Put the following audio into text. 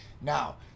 Now